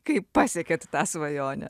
kai pasiekėt tą svajonę